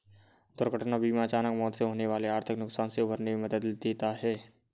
दुर्घटना बीमा अचानक मौत से होने वाले आर्थिक नुकसान से उबरने में मदद देता है